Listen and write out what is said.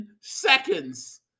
seconds